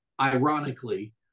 ironically